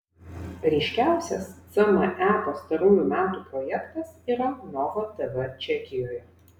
ryškiausias cme pastarųjų metų projektas yra nova tv čekijoje